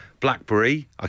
Blackberry